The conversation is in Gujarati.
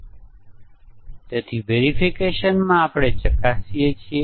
આ નીચલા સ્તરના મોડ્યુલો છે જે હિયારચી ના તળિયે છે